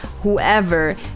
whoever